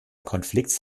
konflikts